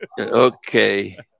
Okay